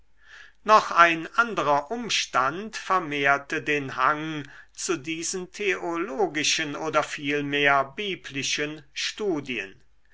noch ein anderer umstand vermehrte den hang zu diesen theologischen oder vielmehr biblischen studien